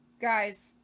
guys